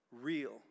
real